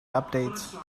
updates